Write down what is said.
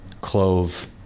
Clove